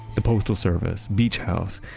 the postal service, beach house.